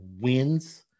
wins